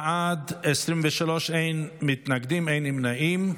בעד, 23, אין מנגדים, אין נמנעים.